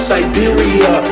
Siberia